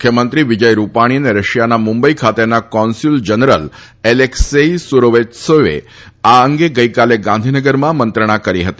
મુખ્યમંત્રી વિજય રૂપાણી અને રશિયાના મુંબઈ ખાતેના કોન્સ્યુલ જનરલ એલેક્સેઈ સુરોવત્સેવે આ અંગે ગઈકાલે ગાંધીનગરમાં મંત્રણા કરી હતી